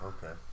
Okay